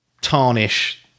tarnish